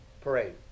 parade